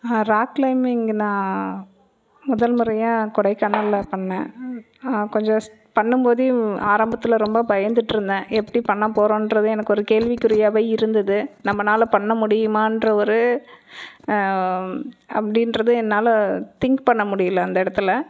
rock climbing நான் முதல் முறையாக கொடைக்கானல்ல பண்ணேன் கொஞ்சம் பண்ணும்போது ஆரம்பத்தில் ரொம்ப பயந்துகிட்ருந்தேன் எப்படி பண்ணப் போகிறோன்றது எனக்கு ஒரு கேள்விக்குறியாகவே இருந்தது நம்மனால பண்ண முடியுமான்ற ஒரு அப்படின்றது என்னால் திங்க் பண்ண முடியலை அந்த இடத்துல